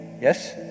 Yes